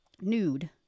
nude